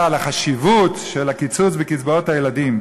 על החשיבות של הקיצוץ בקצבאות ילדים,